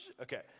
Okay